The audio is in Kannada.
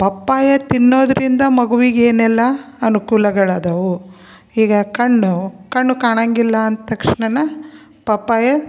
ಪಪ್ಪಾಯ ತಿನ್ನೋದರಿಂದ ಮಗುವಿಗೆ ಏನೆಲ್ಲ ಅನುಕೂಲಗಳು ಇದಾವೆ ಈಗ ಕಣ್ಣು ಕಣ್ಣು ಕಾಣೋಂಗಿಲ್ಲ ಅಂದ ತಕ್ಷ್ಣನೆ ಪಪ್ಪಾಯ